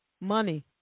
Money